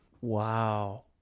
Wow